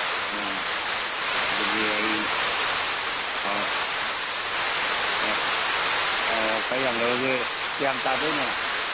ꯑꯣ ꯑꯗꯨꯗꯤ ꯑꯩ ꯑꯣ ꯑꯣ ꯈꯔ ꯌꯥꯝ ꯂꯧꯔꯗꯤ ꯀ꯭ꯌꯥꯝ ꯇꯥꯗꯣꯏꯅꯣ